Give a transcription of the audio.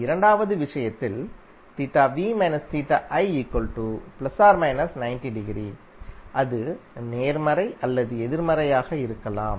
இரண்டாவது விஷயத்தில் அது நேர்மறை அல்லது எதிர்மறையாக இருக்கலாம்